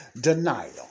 Denial